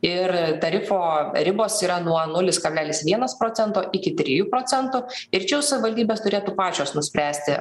ir tarifo ribos yra nuo nulis kablelis vienas procento iki trijų procentų ir čia jau savivaldybės turėtų pačios nuspręsti